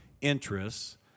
interests –